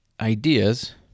ideas